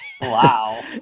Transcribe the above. Wow